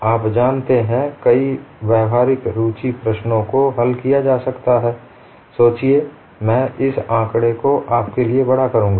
आप जानते हैं कई व्यावहारिक रुचि प्रश्नों को हल किया जा सकता है I सोचिए मैं इस आंकड़े को आपके लिए बडा करुँगा